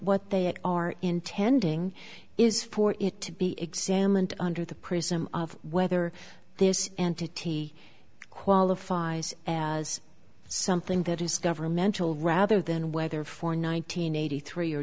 what they are intending is for it to be examined under the prism of whether this entity qualifies as something that is governmental rather than whether for nine hundred eighty three or